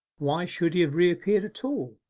why should he have reappeared at all,